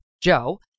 Joe